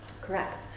Correct